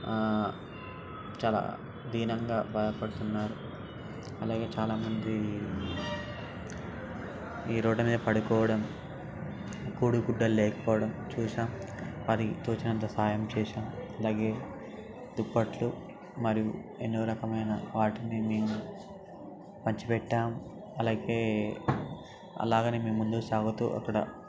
చాలా దీనంగా భయపడుతున్నారు అలాగే చాలా మంది ఈ రోడ్డుమీద పడుకోవడం కూడా గుడ్డ లేకపోవడం చూసాము మరి తోచినంత సహాయం చేసాము అలాగే దుప్పట్లు మరియు ఎన్నో రకమైన వాటిని మేము పంచిపెట్టాము అలాగే అలాగనే మేము ముందుకు సాగుతూ అక్కడ